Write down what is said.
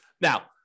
Now